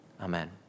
amen